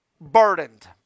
burdened